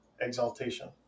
exaltation